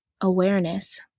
awareness